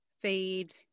Feed